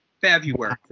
February